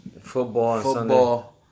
football